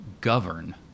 govern